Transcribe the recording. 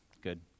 Good